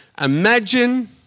imagine